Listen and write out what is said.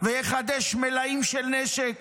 ויחדש מלאים של נשק